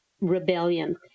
rebellion